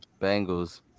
Bengals